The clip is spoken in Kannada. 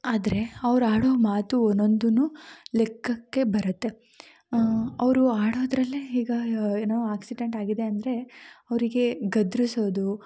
ಆದರೆ ಅವ್ರು ಆಡೋ ಮಾತು ಒನೊಂದೂ ಲೆಕ್ಕಕ್ಕೆ ಬರುತ್ತೆ ಅವರು ಆಡೋದರಲ್ಲೇ ಈಗ ಏನೋ ಆಕ್ಸಿಡೆಂಟ್ ಆಗಿದೆ ಅಂದರೆ ಅವರಿಗೆ ಗದರಿಸೋದು